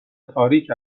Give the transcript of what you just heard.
تاریک